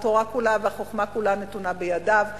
התורה כולה והחוכמה נתונה בידיו.